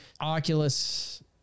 Oculus